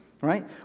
right